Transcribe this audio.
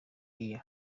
year